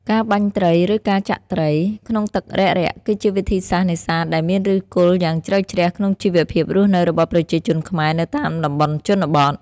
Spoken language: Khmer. ការបាញ់ត្រី ឬ ការចាក់ត្រី ក្នុងទឹករាក់ៗ គឺជាវិធីសាស្ត្រនេសាទដែលមានឫសគល់យ៉ាងជ្រៅជ្រះក្នុងជីវភាពរស់នៅរបស់ប្រជាជនខ្មែរនៅតាមតំបន់ជនបទ។